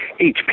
HP